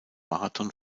marathon